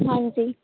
ਹਾਂਜੀ